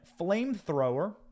flamethrower